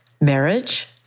marriage